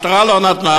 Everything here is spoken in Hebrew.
המשטרה לא נתנה,